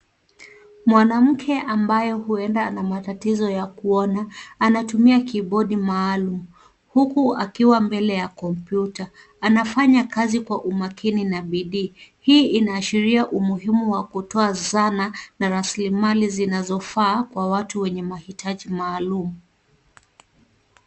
Mwanamke ambaye huenda ana matatizo ya kuona, anatumia kibodi maalum. Huku akiwa mbele ya komputa. Anafanya kazi kwa umakini na bidii. Hii inaashiria umuhimu wa kutoa zana na raslimali zinazofaa kwa watu wenye mahitaji maalum.